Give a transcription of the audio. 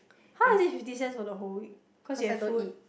how is it fifty cents for the whole week cause you have food